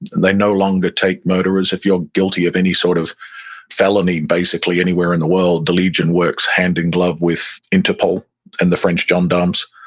they no longer take murderers. if you're guilty of any sort of felony, basically, anywhere in the world, the legion works hand in glove with interpol and the french gendarmes.